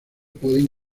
pueden